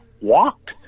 walked